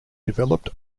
developed